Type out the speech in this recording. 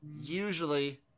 usually